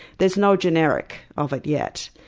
there's no generic of it yet.